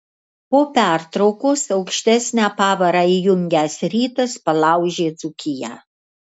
po pertraukos aukštesnę pavarą įjungęs rytas palaužė dzūkiją